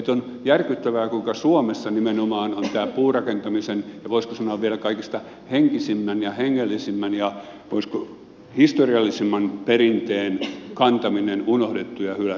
on järkyttävää kuinka suomessa nimenomaan on tämä puurakentamisen ja voisiko sanoa vielä kaikista henkisimmän ja hengellisimmän ja olisiko historiallisimman perinteen kantaminen unohdettu ja hylätty